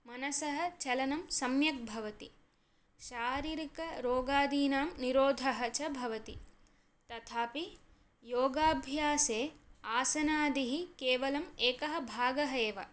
मनसः चलनं सम्यक् भवति शारीरिकरोगादीनां निरोधः च भवति तथापि योगाभ्यासे आसनादिः केवलम् एकः भागः एव